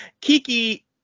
Kiki